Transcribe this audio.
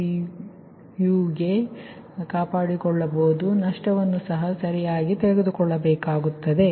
u ಕ್ಕೆ ಕಾಪಾಡಿಕೊಳ್ಳಬಹುದು ಮತ್ತು ನಷ್ಟವನ್ನು ಸಹ ನಾನು ಸರಿಯಾಗಿ ತೆಗೆದುಕೊಳ್ಳಬೇಕಾಗುತ್ತದೆ